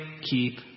keep